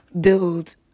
build